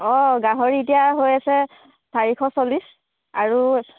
অ' গাহৰি এতিয়া হৈ আছে চাৰিশ চল্লিছ আৰু